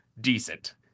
decent